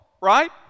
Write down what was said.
right